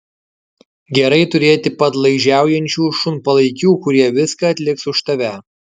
gerai turėti padlaižiaujančių šunpalaikių kurie viską atliks už tave